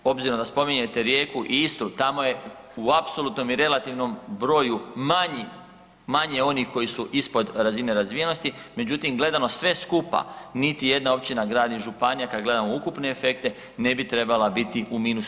Obzirom da spominjete Rijeku i Istru tamo je u apsolutnom i relativnom broju manji, manje onih koji su ispod razine razvijenosti međutim gledano sve skupa niti jedna općina, grad ni županija kad gledamo ukupne efekte ne bi trebala biti u minusu.